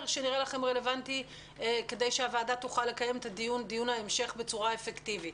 שנראה לכם רלוונטי כדי שהוועדה תוכל לקיים את דיון ההמשך בצורה אפקטיבית.